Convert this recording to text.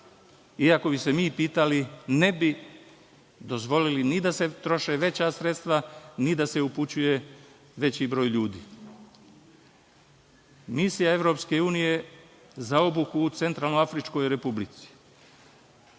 Ako bi se mi pitali, ne bi dozvolili ni da se troše veća sredstva, ni da se upućuje veći broj ljudi. Misija EU za obuku u Centralnoafričkoj Republici,